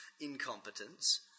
incompetence